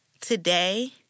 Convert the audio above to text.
Today